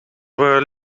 were